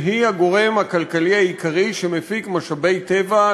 שהיא הגורם הכלכלי העיקרי שמפיק משאבי טבע,